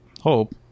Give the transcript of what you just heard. hope